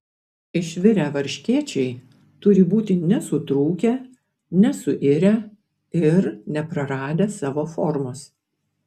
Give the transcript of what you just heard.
išvirę varškėčiai turi būti nesutrūkę nesuirę ir nepraradę savo formos